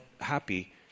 happy